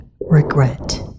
regret